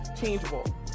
changeable